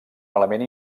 element